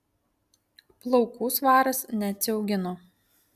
plaukų svaras neatsiaugino